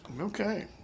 Okay